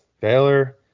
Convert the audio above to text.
Baylor